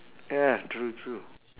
ya true true